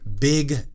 big